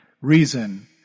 reason